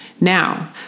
Now